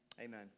Amen